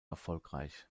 erfolgreich